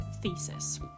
thesis